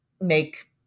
make